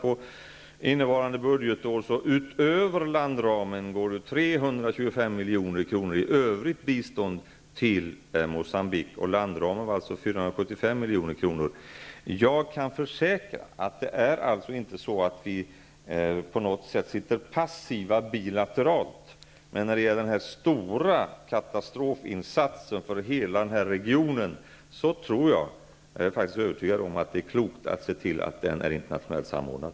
För innevarande budgetår går exempelvis 325 milj.kr. utöver landramen till övrigt bistånd till Mogambique; landramen var alltså 475 milj.kr. Jag kan försäkra om att vi inte på något sätt sitter passiva bilateralt. Men vad gäller den här stora katastrofinsatsen för hela den här regionen tror jag — ja, jag är faktiskt övertygad om — att det är klokt att se till att den är internationellt samordnad.